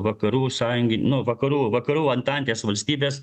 vakarų sąjungin nu vakarų vakarų antantės valstybės